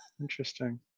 Interesting